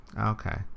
Okay